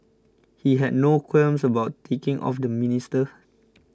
he had no qualms about ticking off the minister